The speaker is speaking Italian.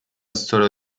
storia